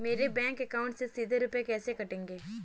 मेरे bank account से सीधे रुपए कैसे कटेंगे?